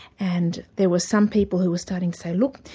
and there were some people who were starting to say, look,